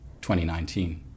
2019